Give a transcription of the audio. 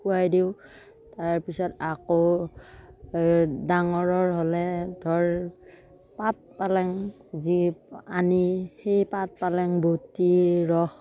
খোৱাই দিওঁ তাৰপিছত আকৌ ডাঙৰৰ হ'লে ধৰ পাত পালেং যি আনি সেই পাত পালেং বটি ৰস